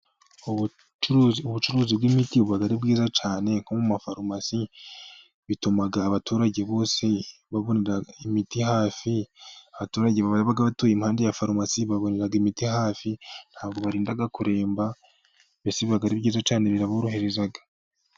Ubucuruzi bw'imiti buba ari bwiza cyane, nko mu mafarumasi. Bituma abaturage bose babona imiti hafi, abaturage batuye impande ya farumasi babonera imiti hafi. Nta bwo barinda kuremba mbese biba ari byiza cyane biraborohereza.